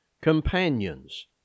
companions